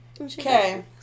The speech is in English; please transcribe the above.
Okay